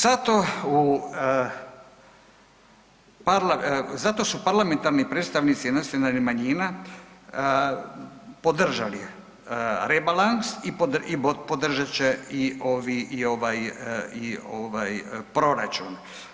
Zato u .../nerazumljivo/... zato su parlamentarni predstavnici nacionalnih manjina podržali rebalans i podržat će i ovaj proračun.